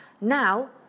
Now